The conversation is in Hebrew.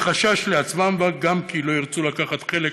מחשש לעצמם וגם כי לא ירצו לקחת חלק